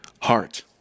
heart